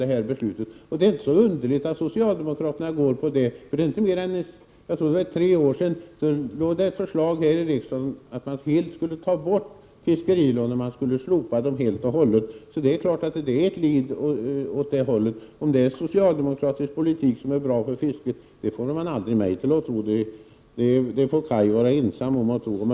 Det är inte så 12 april 1989 underligt att socialdemokraterna förordar detta. Det är inte mer än tre år sedan då det låg ett förslag på riksdagens bord som innebar att fiskerilånen skulle slopas helt och hållet. Nu går socialdemokraterna på samma linje. Man får aldrig mig till att tro att det är socialdemokratisk politik som är bra för fisket. Det får Kaj Larsson och möjligen hans partibröder vara ensamma om att tro.